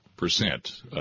Percent